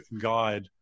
guide